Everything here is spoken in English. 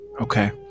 Okay